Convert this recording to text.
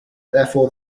therefore